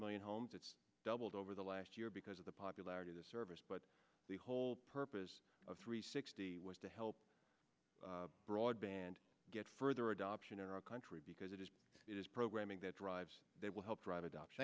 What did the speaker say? million homes it's doubled over the last year because of the popularity of the service but the whole purpose of three sixty was to help broadband get further adoption in our country because it is programming that drives that will help drive adoption